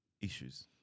Issues